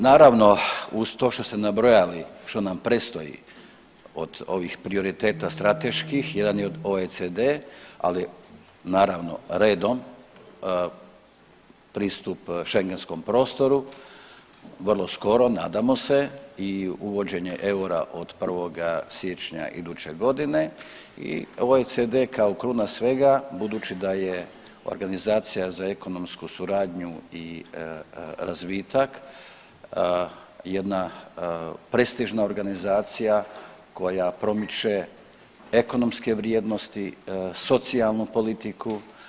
Naravno, uz to što ste nabrojali što nam predstoji od ovih prioriteta strateških jedan je OECD, ali naravno redom pristup Šengenskom prostoru vrlo skoro nadamo se i uvođenje eura od 1. siječnja iduće godine i OECD kao kruna svega budući da je organizacija za ekonomsku suradnju i razvitak jedna prestižna organizacija koja promiče ekonomske vrijednosti, socijalnu politiku.